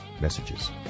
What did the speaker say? messages